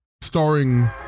starring